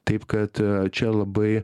taip kad čia labai